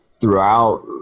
throughout